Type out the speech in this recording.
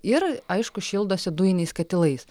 ir aišku šildosi dujiniais katilais